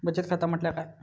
बचत खाता म्हटल्या काय?